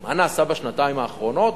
מה נעשה בשנתיים האחרונות,